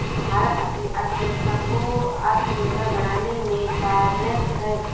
भारत अपनी अर्थव्यवस्था को आत्मनिर्भर बनाने में कार्यरत है